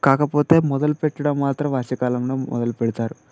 కాకపోతే మొదలు పెట్టడం మాత్రం వర్షాకాలంలో మొదలు పెడతారు